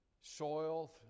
soil